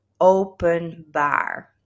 Openbaar